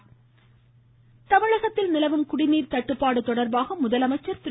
முதலமைச்சர் ஆய்வு தமிழகத்தில் நிலவும் குடிநீர் தட்டுப்பாடு தொடர்பாக முதலமைச்சர் திரு